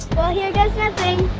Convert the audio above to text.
well, here goes nothing.